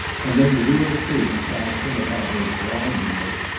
and then the real truth flashed in upon her blindingly.